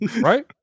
Right